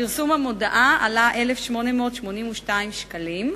פרסום המודעה עלה 1,882 שקלים.